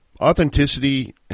Authenticity